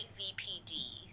VPD